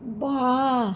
বাঁ